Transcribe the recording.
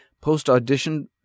post-audition